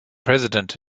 president